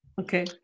okay